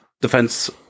defense